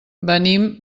venim